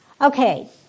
Okay